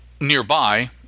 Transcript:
nearby